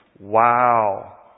Wow